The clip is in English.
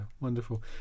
wonderful